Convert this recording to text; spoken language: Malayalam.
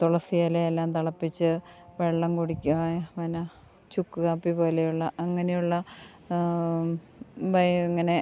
തുളസിയില എല്ലാം തിളപ്പിച്ച് വെള്ളം കുടിക്കുക പിന്നെ ചുക്ക് കാപ്പി പോലെയുള്ള അങ്ങനെയുള്ള വയറിങ്ങനെ